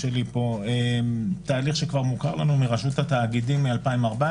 תהליך שמוכר לנו מרשות התאגידים מ-2014